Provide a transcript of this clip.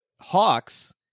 hawks